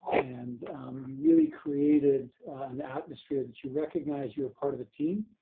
and really created an atmosphere that you recognize you are part of a team.